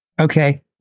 okay